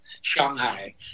Shanghai